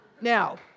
Now